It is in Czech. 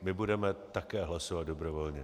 My budeme také hlasovat dobrovolně.